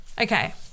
okay